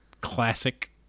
classic